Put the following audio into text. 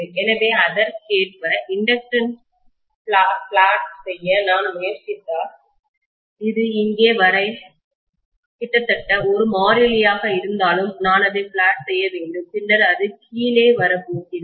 எனவே அதற்கேற்ப இண்டக்டன்ஸ் தூண்டலை பிளாட் செய்ய நான் முயற்சித்தால்இது இங்கே வரை கிட்டத்தட்ட ஒரு மாறிலியாக இருந்தாலும் நான் அதைப் பிளாட் செய்ய வேண்டும் பின்னர் அது கீழே வரப்போகிறது